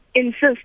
insist